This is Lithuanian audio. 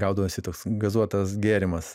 gaudavosi toks gazuotas gėrimas